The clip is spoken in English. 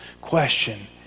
Question